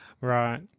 Right